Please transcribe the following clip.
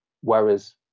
whereas